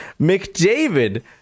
McDavid